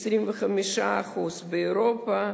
25% באירופה,